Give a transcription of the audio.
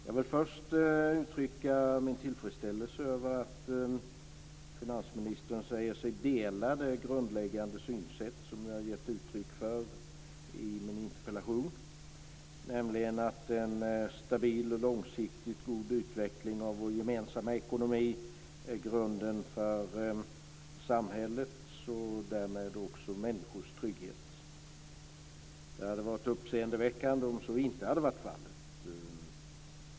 Jag vill uttrycka min tillfredsställelse över att finansministern säger sig dela det grundläggande synsätt som jag har gett uttryck för i min interpellation, nämligen att en stabil och långsiktigt god utveckling av vår gemensamma ekonomi är grunden för samhällets och därmed också för människors trygghet. Det skulle ha varit uppseendeväckande om så inte hade varit fallet.